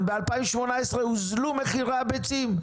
ב-2018 הוזלו מחירי הביצים.